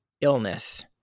illness